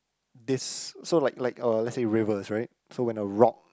this so like like uh let's say rivers right so when a rock